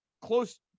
close